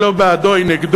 היא לא בעדו והיא נגדו.